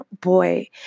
boy